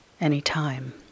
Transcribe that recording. anytime